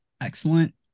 excellent